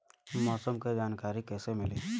मौसम के जानकारी कैसे मिली?